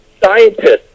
scientists